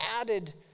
added